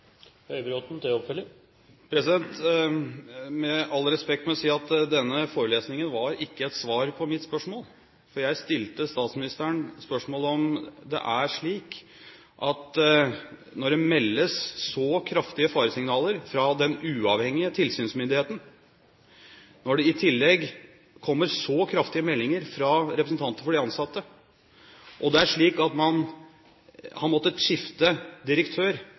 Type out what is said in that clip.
Med all respekt må jeg si at denne forelesningen ikke var et svar på mitt spørsmål. Jeg stilte statsministeren spørsmål om det er slik at når det meldes så kraftige faresignaler fra den uavhengige tilsynsmyndigheten, når det i tillegg kommer så kraftige meldinger fra representanter for de ansatte, og det er slik at man har måttet skifte direktør